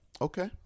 Okay